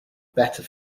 better